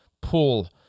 pull